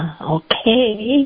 okay